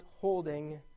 holding